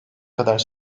kadar